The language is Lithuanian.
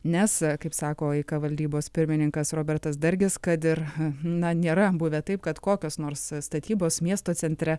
nes kaip sako eika valdybos pirmininkas robertas dargis kad ir na nėra buvę taip kad kokios nors statybos miesto centre